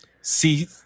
see